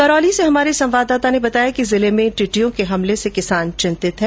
करौली से हमारे संवाददाता ने बताया है कि जिले में टिड्डियों के हमले से किसान चिंतित है